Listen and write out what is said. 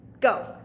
go